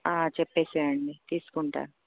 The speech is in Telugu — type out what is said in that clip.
చెప్పేయండి తీసుకుంటాను